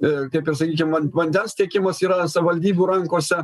e kaip ir sakykim van vandens tiekimas yra savivaldybių rankose